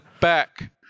back